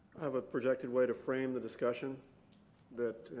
have a productive way to frame the discussion that.